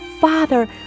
Father